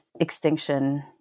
extinction